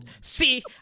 See